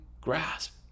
grasp